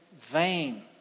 vain